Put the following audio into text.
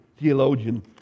theologian